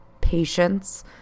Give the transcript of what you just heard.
patience